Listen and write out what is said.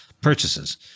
purchases